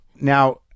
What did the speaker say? Now